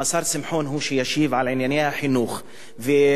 אם השר שמחון הוא שישיב על ענייני החינוך והדיור,